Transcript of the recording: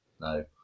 No